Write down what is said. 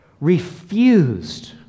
refused